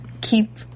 keep